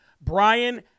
Brian